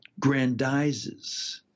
grandizes